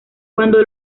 cuando